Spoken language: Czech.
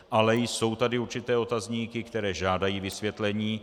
Ale jsou tady určité otazníky, které žádají vysvětlení.